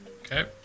Okay